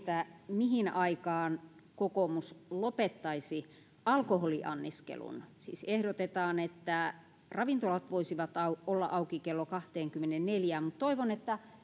mihin aikaan kokoomus lopettaisi alkoholianniskelun siis ehdotetaan että ravintolat voisivat olla auki kello kahteenkymmeneenneljään mutta toivon että kun